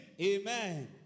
Amen